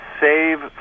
save